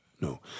no